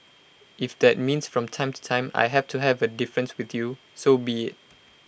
if that means from time to time I have to have A difference with you so be IT